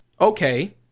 Okay